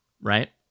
right